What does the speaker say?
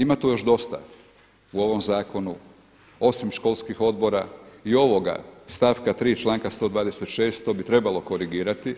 Ima tu još dosta u ovom zakonu osim školskih odbora i ovoga stavka 3. članka 126. to bi trebalo korigirati